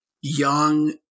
young